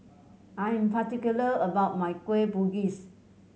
I am particular about my Kueh Bugis